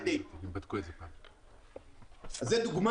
זאת דוגמה